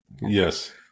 yes